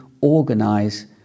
organize